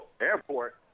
Airport